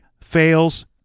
fails